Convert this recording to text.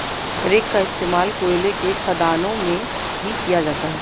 rake का इश्तेमाल कोयले के खदानों में भी किया जाता है